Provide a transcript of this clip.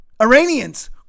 Iranians